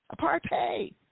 Apartheid